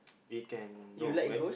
we can no wait